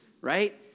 right